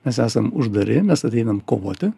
mes esam uždari mes ateinam kovoti